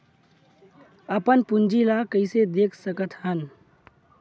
अपन पूंजी ला कइसे देख सकत हन?